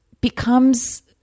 becomes